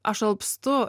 aš alpstu